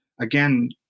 again